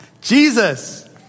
Jesus